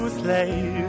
slave